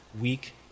weak